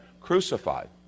crucified